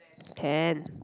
can